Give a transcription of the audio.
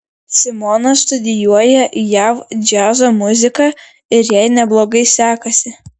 simona studijuoja jav džiazo muziką ir jai neblogai sekasi